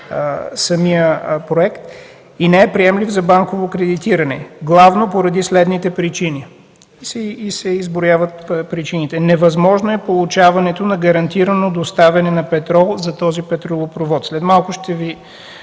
самия проект – „и не е приемлив за банково кредитиране главно поради следните причини.” И се изброяват причините. „Невъзможно е получаването на гарантирано доставяне на петрол за този петролопровод”. След малко ще Ви